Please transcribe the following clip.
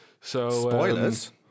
Spoilers